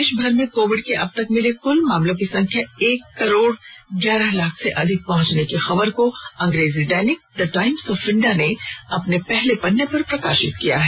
देशभर में कोविड के अबतक मिले कुल मामलों की संख्या एक करोड़ ग्यारह लाख से अधिक पहुंचने की खबर को अंग्रेजी दैनिक द टाइम्स ऑफ इंडिया ने पहले पन्ने पर प्रकाशित किया है